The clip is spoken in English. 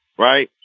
right.